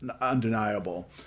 undeniable